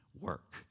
work